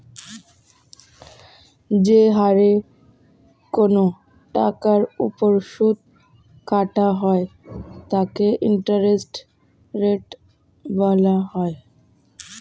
যে হারে কোন টাকার উপর সুদ কাটা হয় তাকে ইন্টারেস্ট রেট বলা হয়